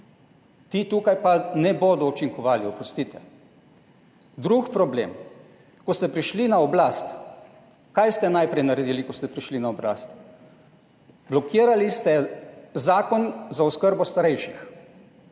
Ti tukaj pa ne bodo učinkovali, oprostite. Drugi problem. Kaj ste najprej naredili, ko ste prišli na oblast? Blokirali ste zakon za oskrbo starejših.